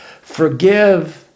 forgive